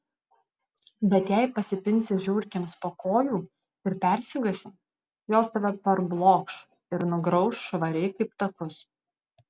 bet jei pasipinsi žiurkėms po kojų ir persigąsi jos tave parblokš ir nugrauš švariai kaip takus